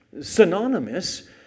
synonymous